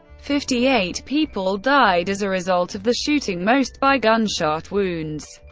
fifty-eight people died as a result of the shooting, most by gunshot wounds.